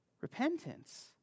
Repentance